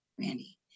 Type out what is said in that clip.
Randy